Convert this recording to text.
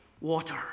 water